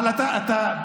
אבל אתה,